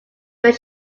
where